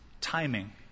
timing